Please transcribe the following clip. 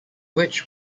which